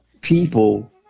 people